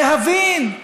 להבין,